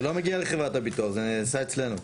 זה לא מגיע לחברת הביטוח, זה נעשה אצלנו.